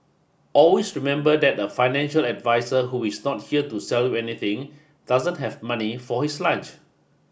always remember that a financial advisor who is not here to sell you anything doesn't have money for his lunch